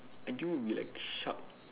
I think it will be like shark